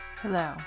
Hello